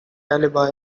alibi